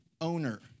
owner